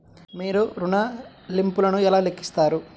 మీరు ఋణ ల్లింపులను ఎలా లెక్కిస్తారు?